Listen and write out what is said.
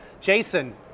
Jason